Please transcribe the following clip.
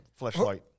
fleshlight